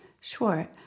Sure